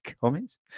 comments